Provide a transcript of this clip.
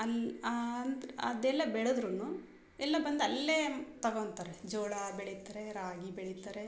ಅಲ್ಲಿ ಅಂದ್ರೆ ಅದೆಲ್ಲ ಬೆಳೆದ್ರು ಎಲ್ಲ ಬಂದು ಅಲ್ಲೇ ತೊಗೋತಾರೆ ಜೋಳ ಬೆಳೀತಾರೆ ರಾಗಿ ಬೆಳೀತಾರೆ